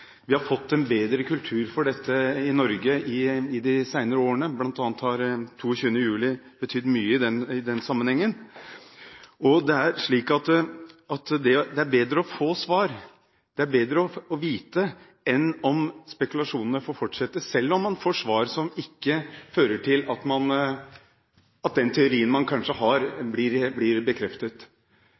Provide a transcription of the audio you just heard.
Vi har fått en bedre kultur for dette i Norge i de seneste årene, bl.a. har 22. juli betydd mye i den sammenhengen. Det er bedre å få svar, det er bedre å vite, enn at spekulasjonene får fortsette, selv om man får svar som ikke fører til at den teorien man kanskje har, blir bekreftet.